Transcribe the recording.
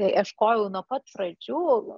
ieškojau nuo pat pradžių